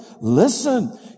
Listen